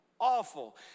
awful